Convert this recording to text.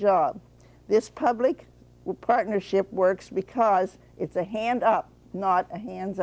job this public partnership works because it's a hand up not a hands